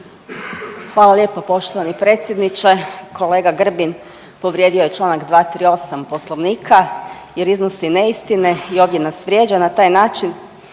Hvala lijepo poštovani predsjedniče, kolega Grbin povrijedio je čl. 238 Poslovnika jer iznosi neistine i ovdje nas vrijeđa na taj način.